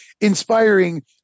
inspiring